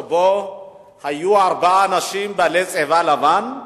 שבו היו ארבעה אנשים בעלי צבע לבן,